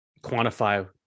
quantify